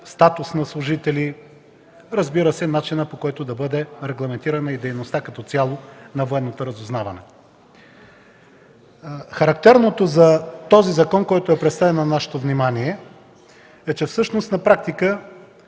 статус на служителите и на начина, по който да бъде регламентирана дейността като цяло на военното разузнаване. Характерното за законопроекта, който е представен на нашето внимание, е, че всъщност на практика